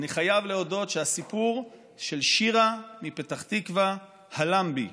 אני חייב להודות שהסיפור של שירה מפתח תקווה הלם בי.